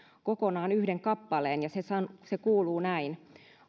kappaleen ja se kuuluu näin